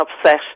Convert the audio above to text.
upset